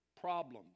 problems